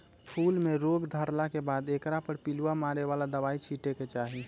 फूल में रोग धरला के बाद एकरा पर पिलुआ मारे बला दवाइ छिटे के चाही